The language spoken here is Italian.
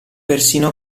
persino